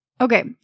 Okay